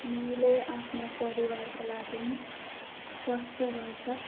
मैले आफ्नो परिवारको लागि स्वास्थ्यवर्द्धक